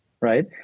right